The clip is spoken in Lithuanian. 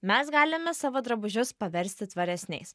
mes galime savo drabužius paversti tvaresniais